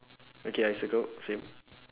okay I circle same